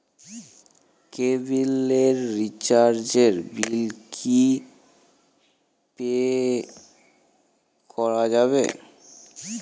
কেবিলের রিচার্জের বিল কি পে করা যাবে?